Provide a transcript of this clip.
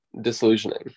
disillusioning